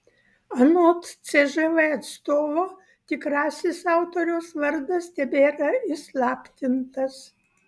anot cžv atstovo tikrasis autoriaus vardas tebėra įslaptintas